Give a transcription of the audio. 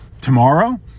tomorrow